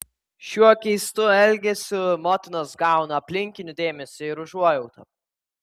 šiuo keistu elgesiu motinos gauna aplinkinių dėmesį ir užuojautą